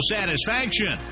Satisfaction